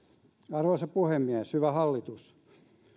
arvoisa puhemies hyvä hallitus